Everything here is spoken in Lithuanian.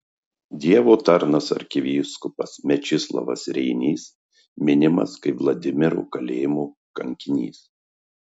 dievo tarnas arkivyskupas mečislovas reinys minimas kaip vladimiro kalėjimo kankinys